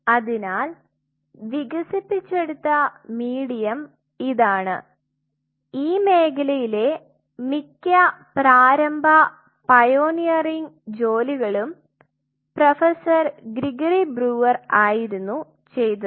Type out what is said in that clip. അതിനാൽ വികസിപ്പിചെടുത്ത മീഡിയം ഇതാണ് ഈ മേഖലയിലെ മിക്ക പ്രാരംഭ പായോനിയറിങ് ജോലികളും പ്രൊഫസർ ഗ്രിഗറി ബ്രൂവർ ആയിരുന്നു ചെയ്തത്